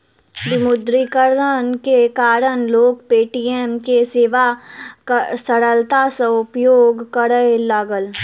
विमुद्रीकरण के कारण लोक पे.टी.एम के सेवा सरलता सॅ उपयोग करय लागल